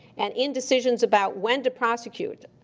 and in decisions about when to prosecute,